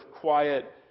quiet